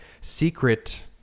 secret